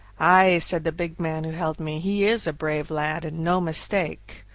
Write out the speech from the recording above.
ay, said the big man who held me he is a brave lad, and no mistake.